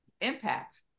impact